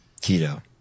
Keto